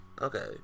Okay